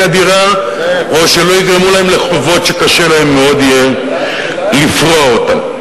הדירה או שלא יגרמו להם לחובות שיהיה להם קשה מאוד לפרוע אותם.